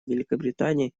великобритании